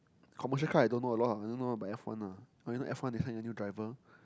commercial car I don't know a lot ah I don't know about F one lah I only F one they hired a new driver